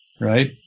right